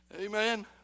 Amen